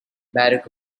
barack